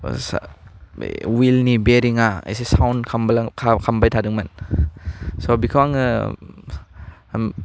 ओह बे उयीलनि बेरिङा इसे साउन्ड खामबाय थादोंमोन सह बेखौ आङो ओम